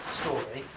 story